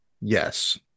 yes